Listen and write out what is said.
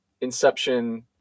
Inception